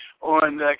On